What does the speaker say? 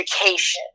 education